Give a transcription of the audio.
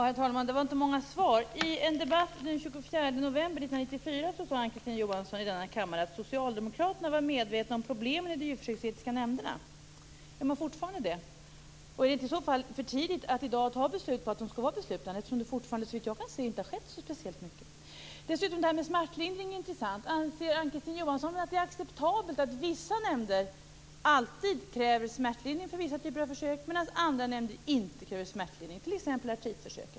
Herr talman! Det var inte många svar. Kristine Johansson i denna kammare att socialdemokraterna var medvetna om problemen i de djurförsöksetiska nämnderna. Är ni det fortfarande? Är det i så fall inte för tidigt att i dag fatta beslut om att de skall vara beslutande? Såvitt jag kan se har det fortfarande inte skett så speciellt mycket. Dessutom är detta med smärtlindring intressant. Anser Ann-Kristine Johansson att det är acceptabelt att vissa nämnder alltid kräver smärtlindring vid vissa typer av försök, medan andra nämnder inte gör det?